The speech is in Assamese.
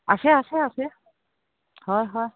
আছে আছে আছে হয় হয়